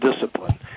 discipline